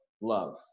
love